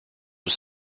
was